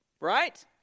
Right